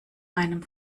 meinem